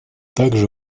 также